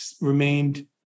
remained